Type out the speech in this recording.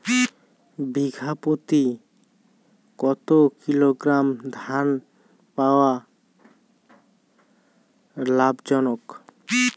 বিঘা প্রতি কতো কিলোগ্রাম ধান হওয়া লাভজনক?